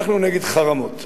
אנחנו נגד חרמות,